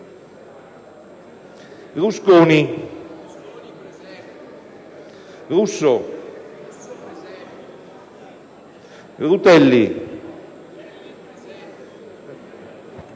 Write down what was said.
Rusconi, Russo, Rutelli